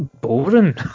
Boring